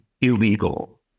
illegal